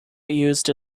used